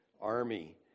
Army